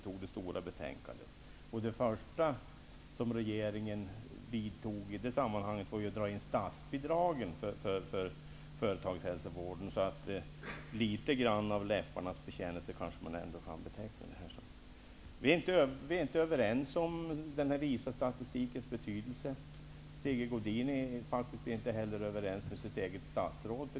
Men det första som regeringen gjorde på det området var att dra in statsbidragen för företagshälsovården. Man kanske ändå kan tala om något av en läpparnas bekännelse i detta sammanhang. Vi är inte överens om ISA-statistikens betydelse. Sigge Godin är faktiskt inte heller överens med sitt eget statsråd.